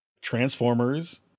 Transformers